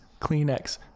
Kleenex